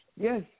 Yes